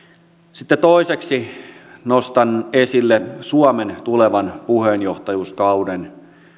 sitten toiseksi nostan esille suomen tulevan puheenjohtajuuskauden